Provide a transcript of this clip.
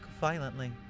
violently